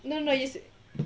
no no just